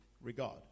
regard